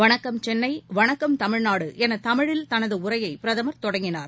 வணக்கம் சென்னை வணக்கம் தமிழ்நாடுஎன தமிழில் தனதுஉரையைபிரதம்தொடங்கினார்